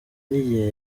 n’igihe